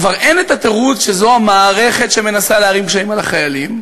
כבר אין את התירוץ שזאת המערכת שמנסה להערים קשיים על החיילים.